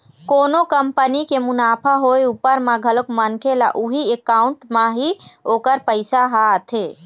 कोनो कंपनी के मुनाफा होय उपर म घलोक मनखे ल उही अकाउंट म ही ओखर पइसा ह आथे